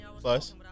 plus